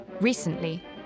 Recently